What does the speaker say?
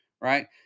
right